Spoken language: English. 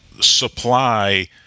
supply